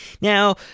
now